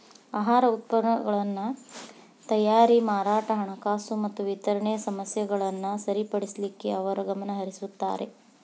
ಆಹಾರ ಉತ್ಪನ್ನಗಳ ತಯಾರಿ ಮಾರಾಟ ಹಣಕಾಸು ಮತ್ತ ವಿತರಣೆ ಸಮಸ್ಯೆಗಳನ್ನ ಸರಿಪಡಿಸಲಿಕ್ಕೆ ಅವರು ಗಮನಹರಿಸುತ್ತಾರ